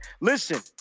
Listen